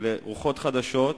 אלה רוחות חדשות,